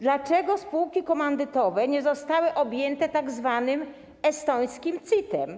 Dlaczego spółki komandytowe nie zostały objęte tzw. estońskim CIT-em?